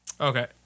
Okay